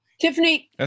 Tiffany